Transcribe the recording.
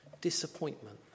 disappointment